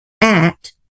ACT